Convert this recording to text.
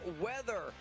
weather